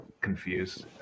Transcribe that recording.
confused